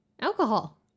Alcohol